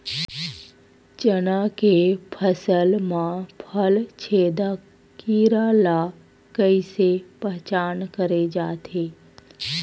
चना के फसल म फल छेदक कीरा ल कइसे पहचान करे जाथे?